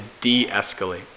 de-escalate